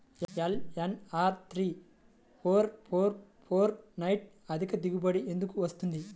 LNR three four four four nine అధిక దిగుబడి ఎందుకు వస్తుంది?